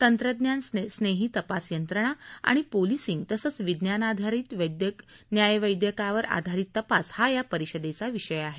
तंत्रज्ञान स्नेही तपास यंत्रणा आणि पोलिसिंग तसंच विज्ञानाधरित न्यायवैदयकावर आधारित तपास हा या परिषदेचा विषय आहे